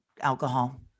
alcohol